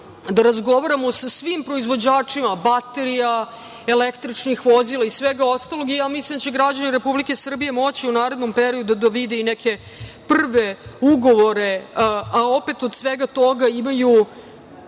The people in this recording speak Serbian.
da razgovaramo sa svim proizvođačima baterija, električnih vozila i svega ostalog. Ja mislim da će građani Republike Srbije moći u narednom periodu da vide i neke prve ugovore, a opet od svega toga imaju